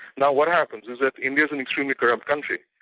now what happens is that india's an extremely corrupt country,